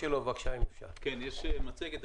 יש לנו מצגת.